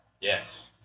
Yes